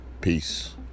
peace